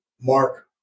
Mark